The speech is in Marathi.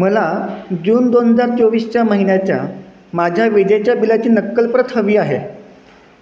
मला जून दोन हजार चोवीसच्या महिन्याच्या माझ्या विजेच्या बिलाची नक्कल प्रत हवी आहे